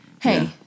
Hey